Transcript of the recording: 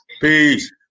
Peace